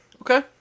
okay